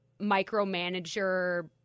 micromanager